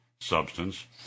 substance